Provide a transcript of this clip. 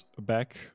back